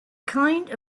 kind